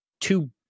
two